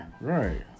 right